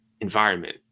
environment